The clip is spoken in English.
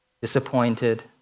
disappointed